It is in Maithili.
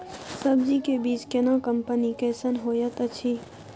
सब्जी के बीज केना कंपनी कैसन होयत अछि?